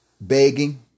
begging